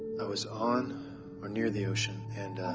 i was on or near the ocean, and